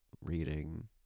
reading